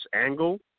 angle